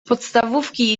podstawówki